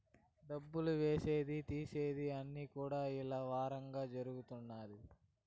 డబ్బులు ఏసేది తీసేది అన్ని కూడా ఇలా వారంగా ఉంటాయి